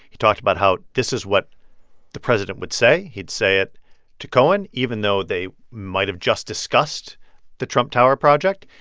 he talked about how this is what the president would say. he'd say it to cohen, even though they might've just discussed the trump tower project.